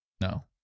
No